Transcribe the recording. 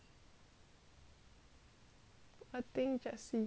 I think jessie